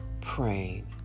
Praying